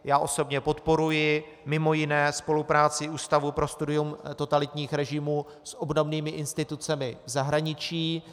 Já osobně podporuji mj. spolupráci Ústavu pro studium totalitních režimů s obdobnými institucemi v zahraničí.